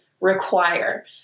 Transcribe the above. require